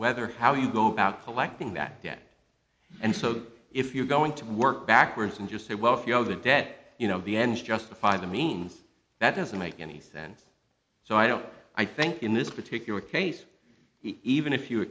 whether how you go about collecting that debt and so if you're going to work backwards and just say well if you owe the debt you know the ends justify the means that doesn't make any sense so i don't i think in this particular case even if you